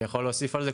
אני יכול להוסיף על זה.